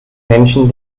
menschen